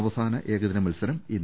അവസാന ഏകദിന മത്സരം ഇന്ന്